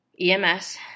EMS